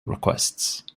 requests